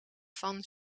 van